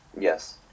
Yes